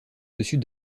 dessus